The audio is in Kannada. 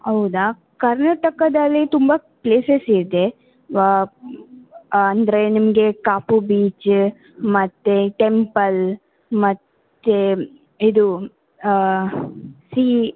ಹೌದ ಕರ್ನಾಟಕದಲ್ಲಿ ತುಂಬ ಪ್ಲೇಸಸ್ ಇದೆ ವ ಅಂದರೆ ನಿಮಗೆ ಕಾಪು ಬೀಚ ಮತ್ತು ಟೆಂಪಲ್ ಮತ್ತು ಇದು ಸೀ